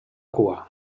cua